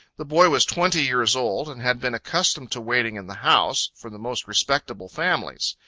the boy was twenty years old, and had been accustomed to waiting in the house, for the most respectable families.